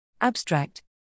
Abstract